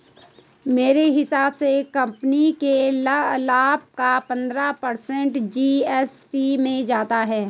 मेरे हिसाब से कंपनी के लाभ का पंद्रह पर्सेंट जी.एस.टी में जाता है